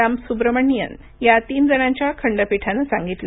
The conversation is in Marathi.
रामसुब्रमणियन या तीन जणांच्या खंडपीठानं सांगितलं